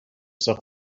سخن